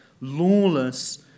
lawless